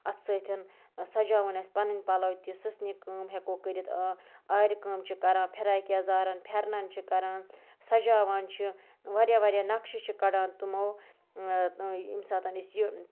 اَتھ سۭتۍ سَجاوُن اَسہِ پَنٕنۍ پَلَو تہِ سٕژنہِ کٲم ہٮ۪کو کٔرِتھ آرِ کٲم چھِ کَران پھِراق یَزارَن پھٮ۪رنَن چھِ کَران سَجاوان چھِ واریاہ واریاہ نَقشہِ چھِ کَڑان تٕمو ییٚمہِ ساتَن أسۍ یہِ